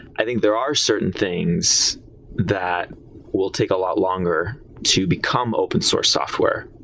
i think there are certain things that will take a lot longer to become open source software.